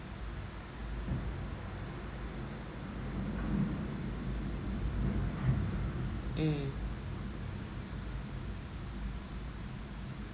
mm